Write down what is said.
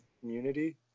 community